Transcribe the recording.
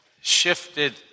shifted